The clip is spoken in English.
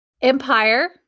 Empire